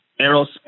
Errol